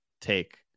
take